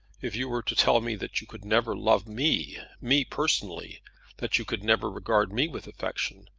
if you were to tell me that you could never love me me, personally that you could never regard me with affection,